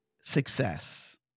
success